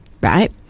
Right